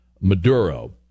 Maduro